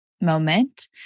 moment